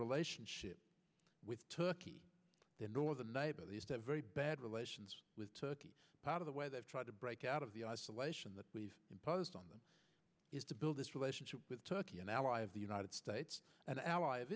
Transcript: relationship with turkey the northern neighbor the very bad relations with turkey part of the way they've tried to break out of the isolation that we've imposed on them is to build this relationship with turkey an ally of the united states an ally of